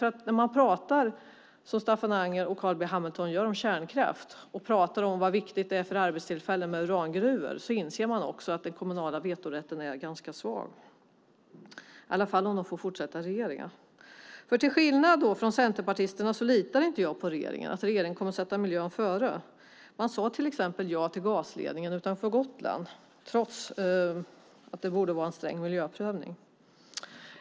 När Staffan Anger och Carl B Hamilton pratar om kärnkraft och hur viktigt det är för arbetstillfällen med urangruvor inser man att den kommunala vetorätten är ganska svag - i alla fall om de får fortsätta att regera. Till skillnad från centerpartisterna litar jag inte på att regeringen kommer att sätta miljön först. Man sade till exempel ja till gasledningen utanför Gotland trots att det borde ha skett en sträng miljöprövning.